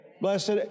Blessed